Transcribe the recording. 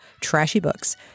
TRASHYBOOKS